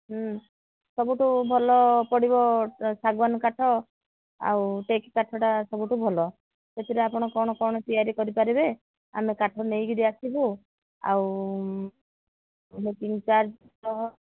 ହୁଁ ସବୁଠୁ ଭଲ ପଡ଼ିବ ଶାଗୁଆନ୍ କାଠ ଆଉ ସେଇ କାଠଟା ସବୁଠୁ ଭଲ ସେଥିରେ ଆପଣ କ'ଣ କ'ଣ ତିଆରି କରିପାରିବେ ଆମେ କାଠ ନେଇକିରି ଆସିବୁ ଆଉ ତିନି ଚାରି ଶହ